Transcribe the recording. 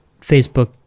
facebook